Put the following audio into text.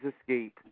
escape